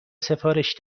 سفارش